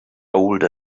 old